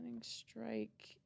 strike